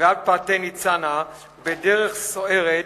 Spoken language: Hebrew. ועד פאתי ניצנה בדרך סוערת